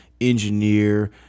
engineer